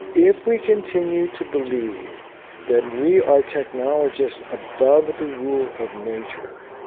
if we continue to believe that we are technologists above the rule of nature,